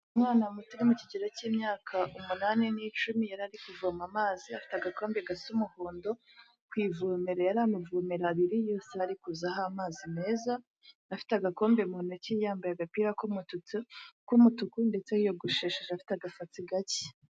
Umwana muto uri mu kigero cy'imyaka umunani n'icumi yari kuvoma amazi afite agakombe gafite umuhondo ku ivomerero yari amavomeraro abiri yose ari kuzaho amazi meza afite agakombe mu ntoki yambaye agapira k'umutuku ndetse yiyogosheshe afite agasatsi gake.